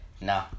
No